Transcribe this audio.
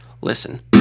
listen